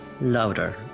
louder